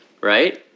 right